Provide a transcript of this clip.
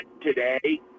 today